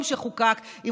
שחוקק היום,